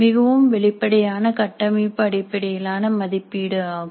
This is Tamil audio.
மிகவும் வெளிப்படையான கட்டமைப்பு அடிப்படையிலான மதிப்பீடு ஆகும்